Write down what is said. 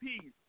peace